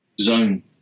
zone